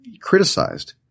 criticized